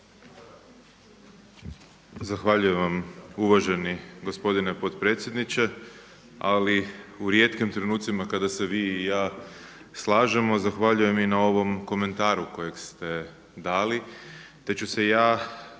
Zahvaljujem vam uvaženi gospodine potpredsjedniče. Ali u rijetkim trenucima kada se vi i ja slažemo zahvaljujem i na ovom komentaru kojeg ste dali te ću se ja